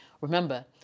Remember